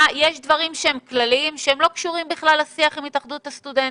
יש דברים כללים שלא קשורים בכלל לשיח עם התאחדות הסטודנטים.